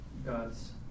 God's